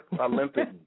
Olympic